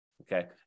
Okay